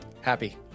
Happy